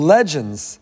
Legends